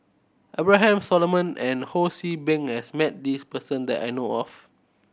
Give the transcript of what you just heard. Abraham Solomon and Ho See Beng has met this person that I know of